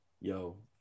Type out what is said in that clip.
Yo